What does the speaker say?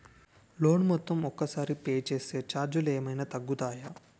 Loan మొత్తం ఒకే సారి పే చేస్తే ఛార్జీలు ఏమైనా తగ్గుతాయా?